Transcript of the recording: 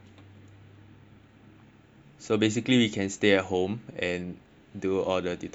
so basically we can stay at home and do all the tutorials and lectures